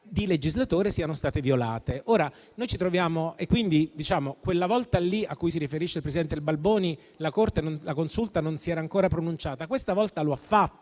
di legislatore fossero state violate. Quella volta a cui si riferisce il presidente Balboni, la Consulta non si era ancora pronunciata; ma questa volta lo ha fatto